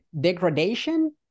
degradation